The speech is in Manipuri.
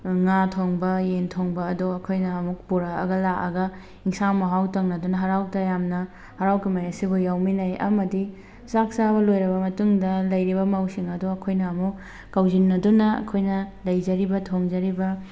ꯉꯥ ꯊꯣꯡꯕ ꯌꯦꯟ ꯊꯣꯡꯕ ꯑꯗꯣ ꯑꯩꯈꯣꯏꯅ ꯑꯃꯨꯛ ꯄꯨꯔꯛꯑꯒ ꯂꯥꯛꯑꯒ ꯏꯟꯁꯥꯡ ꯃꯍꯥꯎ ꯇꯪꯅꯗꯨꯅ ꯍꯔꯥꯎ ꯇꯌꯥꯝꯅ ꯍꯔꯥꯎ ꯀꯨꯝꯍꯩ ꯑꯁꯤꯕꯨ ꯌꯥꯎꯃꯤꯟꯅꯩ ꯑꯃꯗꯤ ꯆꯥꯛ ꯆꯥꯕ ꯂꯣꯏꯔꯕ ꯃꯇꯨꯡꯗ ꯂꯩꯔꯤꯕ ꯃꯧꯁꯤꯡ ꯑꯗꯣ ꯑꯩꯈꯣꯏꯅ ꯑꯃꯨꯛ ꯀꯧꯁꯤꯟꯅꯗꯨꯅ ꯑꯩꯈꯣꯏꯅ ꯂꯩꯖꯔꯤꯕ ꯊꯣꯡꯖꯔꯤꯕ